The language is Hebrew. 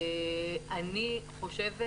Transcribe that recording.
אני בהחלט חושבת,